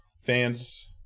fans